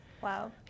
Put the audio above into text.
wow